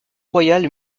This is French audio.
royal